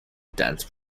dance